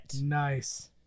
Nice